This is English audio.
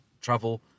travel